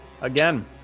again